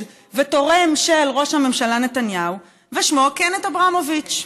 ותורם של ראש הממשלה נתניהו ששמו קנט אברמוביץ'.